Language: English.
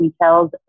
details